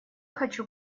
хочу